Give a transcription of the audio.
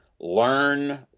Learn